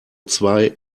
zwei